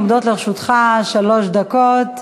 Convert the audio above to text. עומדות לרשותך שלוש דקות.